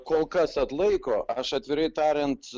kol kas atlaiko aš atvirai tariant